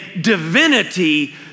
divinity